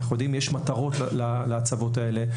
אנחנו יודעים שיש מטרות להצבות האלה,